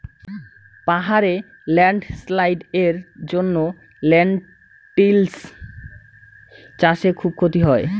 পাহাড়ে ল্যান্ডস্লাইডস্ এর জন্য লেনটিল্স চাষে খুব ক্ষতি হয়